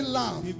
love